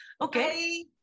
Okay